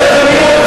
למה אתה צועק?